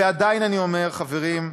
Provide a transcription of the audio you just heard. ועדיין אני אומר, חברים: